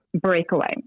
Breakaway